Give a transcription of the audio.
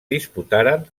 disputaren